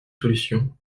solution